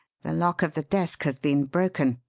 the lock of the desk has been broken.